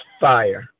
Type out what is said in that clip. fire